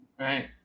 Right